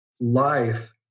life